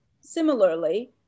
Similarly